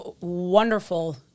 wonderful